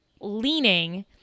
leaning